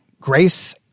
grace